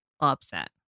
upset